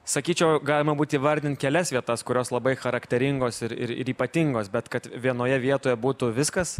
sakyčiau galima būt įvardint kelias vietas kurios labai charakteringos ir ir ir ypatingos bet kad vienoje vietoje būtų viskas